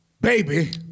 baby